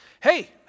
hey